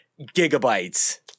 gigabytes